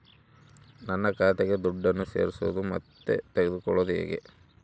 ನನ್ನ ಖಾತೆಗೆ ದುಡ್ಡನ್ನು ಸೇರಿಸೋದು ಮತ್ತೆ ತಗೊಳ್ಳೋದು ಹೇಗೆ?